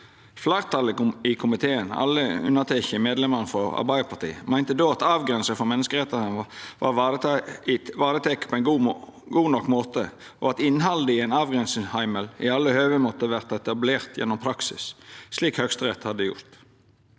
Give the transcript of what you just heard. Fleirtalet i komiteen, alle unnateke medlemane frå Arbeidarpartiet, meinte då at avgrensing frå menneskerettane var vareteke på ein god nok måte, og at innhaldet i ein avgrensingsheimel i alle høve måtte verta etablert gjennom praksis, slik Høgsterett hadde gjort.